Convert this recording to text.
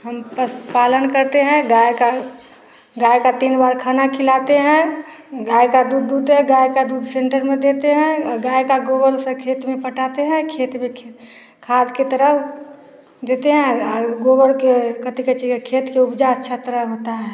हम पशुपालन करते हैं गाय का गाय का तीन बार खाना खिलाते हैं गाय का दूध दुहते है गाय का दूध सेंटर में देते हैं गाय का गोबर उसे खेत में पटाते हैं खेत में खेत खाद के तरह देते हैं गोबर के कथी कहै छिकै खेत के उब्जा क्षेत्र होता है